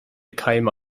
keime